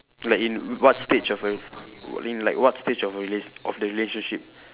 like in what stage of a in like what stage a relate~ of the relationship